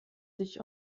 sich